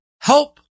help